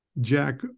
Jack